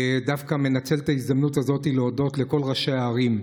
אני דווקא מנצל את ההזדמנות הזאת להודות לכל ראשי הערים.